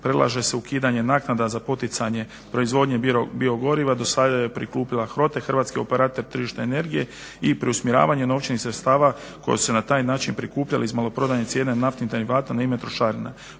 predlaže se ukidanje naknada za poticanje proizvodnje biogoriva. Do sada je prikupila HANDA hrvatski operater tržišne energije i preusmjeravanje novčanih sredstava koje su se na taj način prikupljali iz maloprodajne cijene naftnih derivata na ime trošarina.